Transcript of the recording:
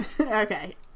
Okay